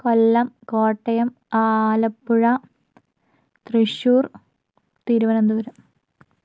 Kollam Kottayam Alappuzha Thrissur Thiruvananthapuram